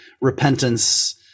repentance